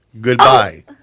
Goodbye